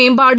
மேம்பாடு